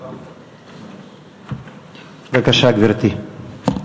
בבקשה, גברתי.